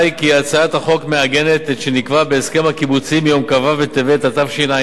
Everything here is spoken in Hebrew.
כי הצעת החוק מעגנת את שנקבע בהסכם הקיבוצי מיום כ"ו בטבת התשע"א,